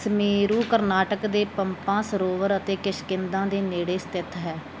ਸੁਮੇਰੂ ਕਰਨਾਟਕ ਦੇ ਪੰਪਾ ਸਰੋਵਰ ਅਤੇ ਕਿਸ਼ਕਿੰਧਾ ਦੇ ਨੇੜੇ ਸਥਿਤ ਹੈ